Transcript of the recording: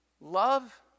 Love